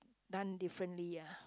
done differently ah